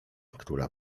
która